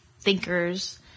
thinkers